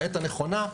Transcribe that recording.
בעת הנכונה,